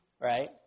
right